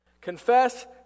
Confess